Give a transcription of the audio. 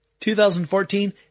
2014